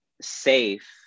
safe